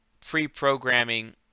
pre-programming